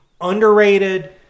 underrated